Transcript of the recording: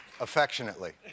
Affectionately